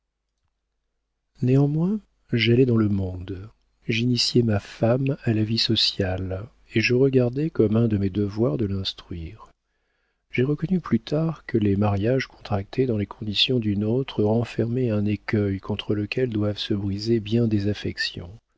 néanmoins j'allai dans le monde j'initiai ma femme à la vie sociale et je regardai comme un de mes devoirs de l'instruire j'ai reconnu plus tard que les mariages contractés dans les conditions du nôtre renfermaient un écueil contre lequel doivent se briser bien des affections